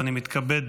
ואני מתכבד